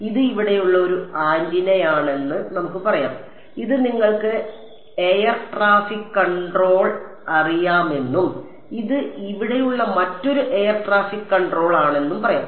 ഇത് ഇവിടെയുള്ള ഒരു ആന്റിനയാണെന്ന് നമുക്ക് പറയാം ഇത് നിങ്ങൾക്ക് എയർ ട്രാഫിക് കൺട്രോൾ അറിയാമെന്നും ഇത് ഇവിടെയുള്ള മറ്റൊരു എയർ ട്രാഫിക് കൺട്രോളാണെന്നും പറയാം